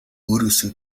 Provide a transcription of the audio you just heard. өөрөөсөө